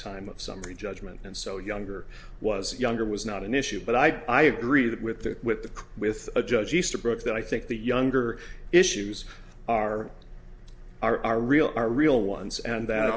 time of summary judgment and so younger was younger was not an issue but i agree that with the with the with a judge easterbrook that i think the younger issues are are are real are real ones and that